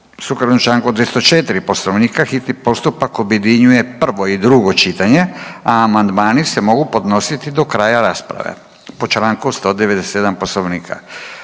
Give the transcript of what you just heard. Sukladno čl. 204. Poslovnika hitni postupak objedinjuje prvo i drugo čitanje, a amandmani se mogu podnositi do kraja rasprave po čl. 197. Poslovnika.